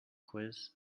quiz